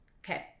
Okay